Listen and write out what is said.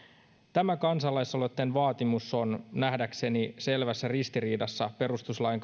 tämä kansalaisaloitteen vaatimus on nähdäkseni selvässä ristiriidassa perustuslain